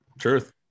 Truth